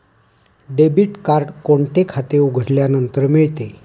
Debit card कोणते खाते उघडल्यानंतर मिळते?